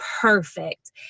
Perfect